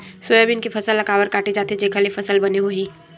Soybean के फसल ल काबर काटे जाथे जेखर ले फसल बने होही?